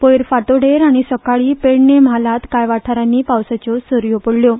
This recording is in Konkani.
काल फांतोडेर आनी सकाळीं पेडणें म्हालांत कांय वाठारांनी पावसाच्यो सरयो पडल्यो